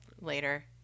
later